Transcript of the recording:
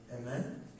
Amen